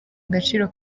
agaciro